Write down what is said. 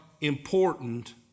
important